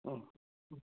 ओं ओह